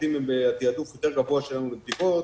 העובדים הם בתיעדוף יותר שלנו לבדיקות,